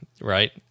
Right